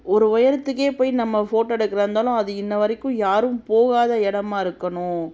ஒரு உயரத்துக்கே போய் நம்ம ஃபோட்டோ எடுக்கிறத்தா இருந்தாலும் அது இன்று வரைக்கும் யாரும் போகாத இடமா இருக்கணும்